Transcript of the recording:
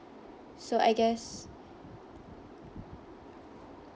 so I guess